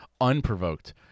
unprovoked